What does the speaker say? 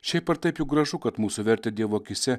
šiaip ar taip juk gražu kad mūsų vertę dievo akyse